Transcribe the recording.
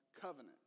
covenant